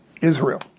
Israel